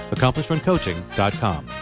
AccomplishmentCoaching.com